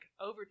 over